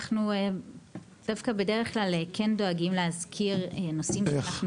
דווקא בדרך כלל כן דואגים להזכיר נושאים שאנחנו